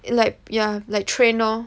like ya like train lor